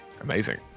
amazing